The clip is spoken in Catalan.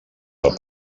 del